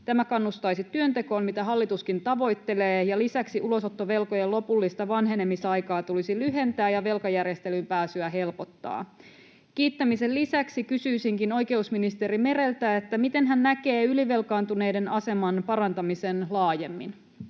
Tämä kannustaisi työntekoon, mitä hallituskin tavoittelee, ja lisäksi ulosottovelkojen lopullista vanhenemisaikaa tulisi lyhentää ja velkajärjestelyyn pääsyä helpottaa. Kiittämisen lisäksi kysyisinkin oikeusministeri Mereltä, miten hän näkee ylivelkaantuneiden aseman parantamisen laajemmin?